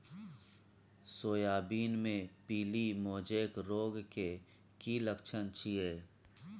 Soybean मे पीली mosaic रोग के की लक्षण छीये?